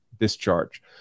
discharge